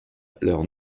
leurs